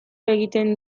egiten